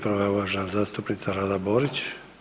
Prva je uvažena zastupnica Rada Borić.